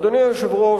אדוני היושב-ראש,